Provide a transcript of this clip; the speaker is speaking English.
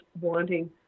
wanting